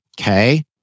Okay